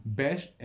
best